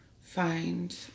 find